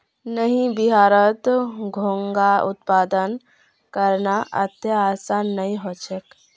नइ बिहारत घोंघा उत्पादन करना अत्ते आसान नइ ह छेक